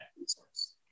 resource